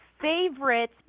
favorite